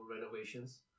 renovations